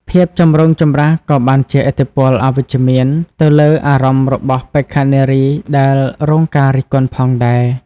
ភាពចម្រូងចម្រាសក៏បានជះឥទ្ធិពលអវិជ្ជមានទៅលើអារម្មណ៍របស់បេក្ខនារីដែលរងការរិះគន់ផងដែរ។